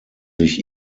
sich